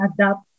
adapt